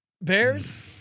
Bears